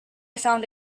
found